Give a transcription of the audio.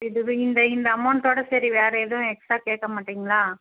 இதுவே இந்த இந்த அமௌண்ட்டோட சரி வேறு எதுவும் எக்ஸ்ட்டா கேட்க மாட்டீங்களா